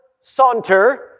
Saunter